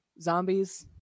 zombies